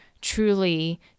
truly